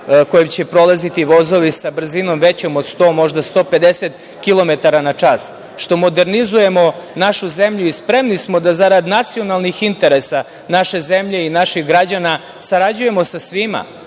kojom će prolaziti vozovi sa brzinom većom od 100, možda 150 kilometara na čas, što modernizujemo našu zemlju i spremni smo da zarad nacionalnih interesa naše zemlje i naših građana sarađujemo sa svima,